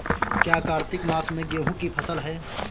क्या कार्तिक मास में गेहु की फ़सल है?